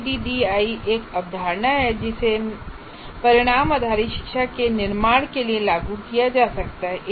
ADDIE एक अवधारणा है जिसे परिणाम आधारित शिक्षा के निर्माण के लिए लागू किया जा सकता है